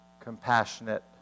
compassionate